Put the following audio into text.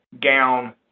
gown